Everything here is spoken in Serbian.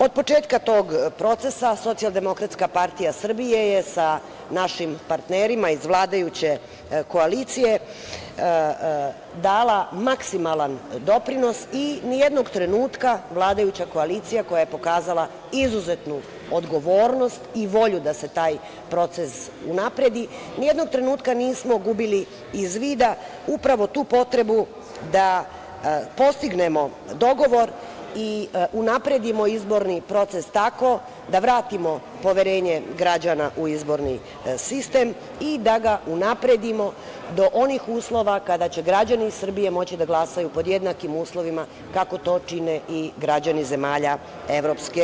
Od početka tog procesa SDPS je sa našim partnerima iz vladajuće koalicije dala maksimalan doprinos i nijednog trenutka vladajuća koalicija koja je pokazala izuzetnu odgovornost i volju da se taj proces unapredi, nijednog trenutka nismo gubili iz vida, upravo tu potrebu da postignemo dogovor i unapredimo izborni proces tako da vratimo poverenje građana u izborni sistem i da ga unapredimo do onih uslova kada će građani Srbije moći da glasaju pod jednakim uslovima kako to čine i građani zemalja EU.